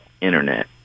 internet